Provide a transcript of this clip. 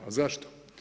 A zašto?